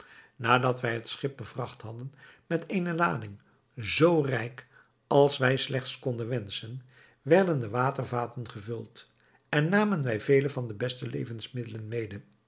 nadat wij het schip bevracht hadden met eene lading zoo rijk als wij slechts konden wenschen werden de watervaten gevuld en namen wij vele van de beste levensmiddelen mede